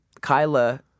Kyla